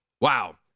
Wow